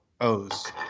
O's